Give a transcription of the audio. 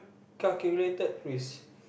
calculated risk